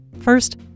First